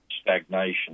stagnation